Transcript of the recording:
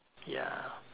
ya